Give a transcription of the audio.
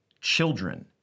children